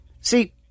See